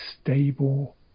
stable